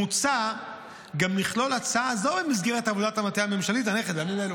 מוצע גם לכלול הצעה זו במסגרת עבודת המטה הממשלתית הנערכת בימים אלו.